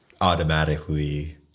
automatically